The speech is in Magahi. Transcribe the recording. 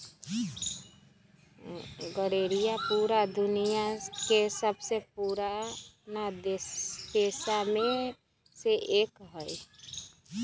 गरेड़िया पूरा दुनिया के सबसे पुराना पेशा में से एक हई